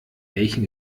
welchen